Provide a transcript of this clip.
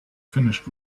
finished